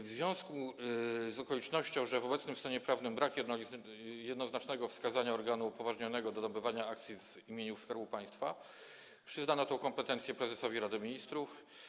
W związku z okolicznością, że w obecnym stanie prawnym brak jest jednoznacznego wskazania organu upoważnionego do nabywania akcji w imieniu Skarbu Państwa, przyznano tę kompetencję prezesowi Rady Ministrów.